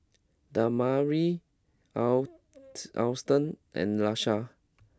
Damari out Alston and Laisha